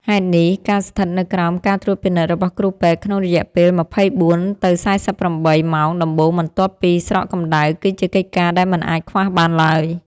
ហេតុនេះ ការស្ថិតនៅក្រោមការត្រួតពិនិត្យរបស់គ្រូពេទ្យក្នុងរយៈពេល ២៤ ទៅ ៤៨ ម៉ោងដំបូងបន្ទាប់ពីស្រកកម្ដៅ គឺជាកិច្ចការដែលមិនអាចខ្វះបានឡើយ។